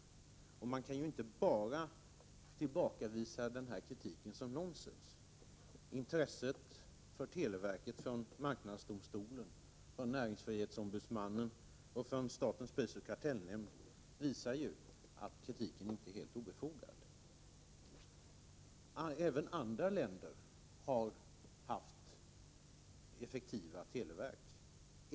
Det går inte att tillbakavisa den här kritiken som nonsens. Intresset för televerket från marknadsdomstolen, näringsfrihetsombudsmannen och statens prisoch kartellnämnd visar att kritiken inte är helt obefogad. Även andra länder har haft effektiva televerk.